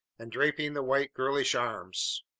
and draping the white girlish, arms.